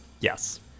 Yes